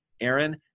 Aaron